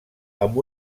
amb